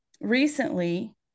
recently